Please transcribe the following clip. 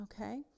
okay